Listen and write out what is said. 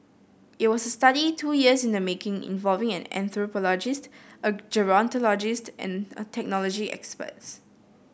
it was a study two years in the making involving an anthropologist a gerontologist and a technology experts